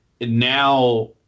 Now